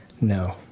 No